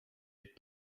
est